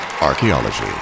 Archaeology